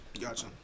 Gotcha